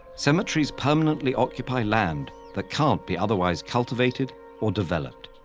cemeteries permanently occupy land that can't be otherwise cultivated or developed.